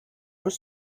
were